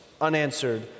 unanswered